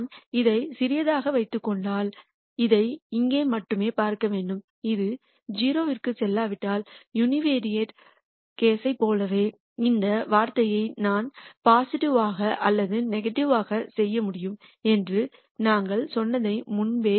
நான் இதைச் சிறியதாக வைத்துக் கொண்டால் இதை இங்கே மட்டுமே பார்க்க வேண்டும் இது 0 க்குச் செல்லாவிட்டால் யூனிவெரைட் கேஸ்ப் போலவே இந்த வார்த்தையை நான் பாசிட்டிவ் ஆக அல்லது நெகட்டிவாக செய்ய முடியும் என்று நாங்கள் சொன்னதற்கு முன்பே